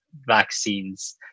vaccines